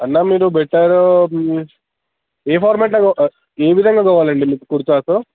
అన్న మీరు పెట్టారు ఏ ఫార్మేట్లో ఏ విధంగా కావాలండి మీకు కుర్తాస్